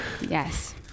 Yes